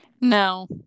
No